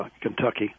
Kentucky